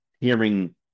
hearing